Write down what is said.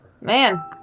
man